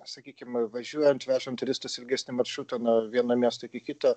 sakykim važiuojant vežant turistus ilgesnį maršrutą nuo vieno miesto iki kito